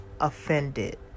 offended